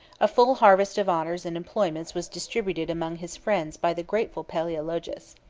a full harvest of honors and employments was distributed among his friends by the grateful palaeologus.